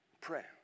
Prayer